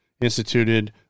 Instituted